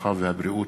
הרווחה והבריאות.